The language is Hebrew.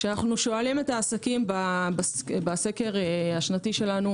כשאנו שואלים את העסקים בסקר השנתי שלנו,